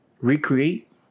recreate